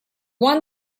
one